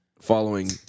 following